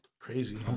crazy